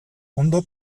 ondo